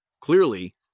Clearly